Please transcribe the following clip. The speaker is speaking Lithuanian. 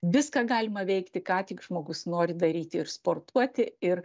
viską galima veikti ką tik žmogus nori daryti ir sportuoti ir